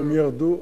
הם ירדו.